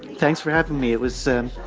thanks for having me. it was sam.